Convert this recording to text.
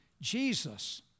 Jesus